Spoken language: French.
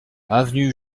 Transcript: avenue